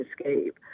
escape